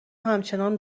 همچنان